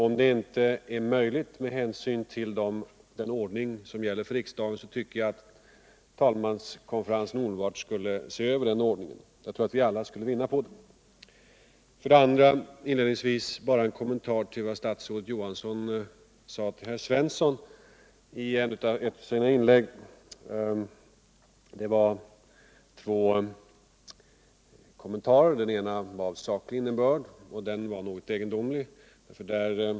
Om detta inte är möjligt med hänsyn till den ordning som gäller för riksdagen tycker jag att taälmanskonferensen omedelbart skulle se över den ordningen. Jag tror att vi alla skulle vinna på den. Jag vill inledningsvis något beröra vad statsrådet Johansson sade tull Jörn Svensson. Det gällde två kommentarer. Den ena var av saklig innebörd, men den var något egendomlig.